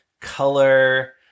color